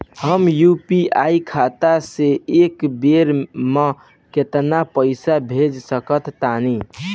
हम यू.पी.आई खाता से एक बेर म केतना पइसा भेज सकऽ तानि?